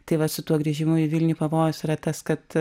tai va su tuo grįžimu į vilnių pavojus yra tas kad